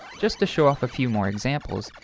just to show off a few more examples,